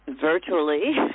virtually